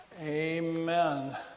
Amen